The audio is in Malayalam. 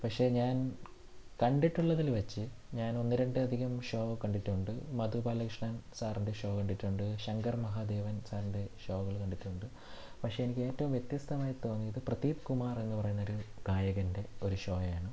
പക്ഷേ ഞാൻ കണ്ടിട്ടുള്ളതിൽ വെച്ച് ഞാൻ ഒന്ന് രണ്ട് അധികം ഷോ കണ്ടിട്ടുണ്ട് മധു ബാലകൃഷ്ണൻ സാറിൻ്റെ ഷോ കണ്ടിട്ടുണ്ട് ശങ്കർ മഹാദേവൻ സാറിൻ്റെ ഷോകൾ കണ്ടിട്ടുണ്ട് പക്ഷേ എനിക്ക് ഏറ്റവും വ്യത്യസ്തമായി തോന്നിയത് പ്രദീപ് കുമാർ എന്ന് പറയുന്ന ഒരു ഗായകൻ്റെ ഒരു ഷോയാണ്